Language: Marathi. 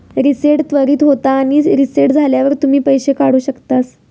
रीसेट त्वरीत होता आणि रीसेट झाल्यावर तुम्ही पैशे काढु शकतास